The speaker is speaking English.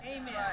amen